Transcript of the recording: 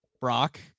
brock